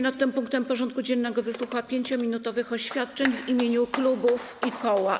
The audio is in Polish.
nad tym punktem porządku dziennego wysłucha 5-minutowych oświadczeń w imieniu klubów i koła.